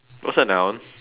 what's a noun